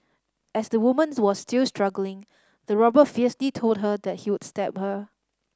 as the woman's was still struggling the robber fiercely told her that he would stab her